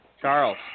Charles